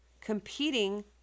competing